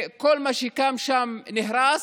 כל מה שקם שם נהרס,